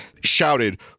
shouted